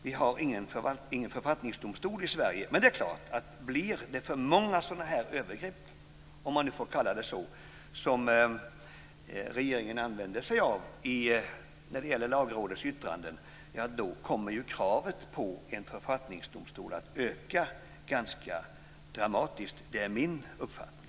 Vi har ingen författningsdomstol i Sverige, men om det blir för många sådana övergrepp - om man nu får kalla det så - från regeringen när det gäller Lagrådets yttranden kommer antalet krav på en författningsdomstol att öka ganska dramatiskt. Det är min uppfattning.